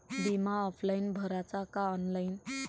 बिमा ऑफलाईन भराचा का ऑनलाईन?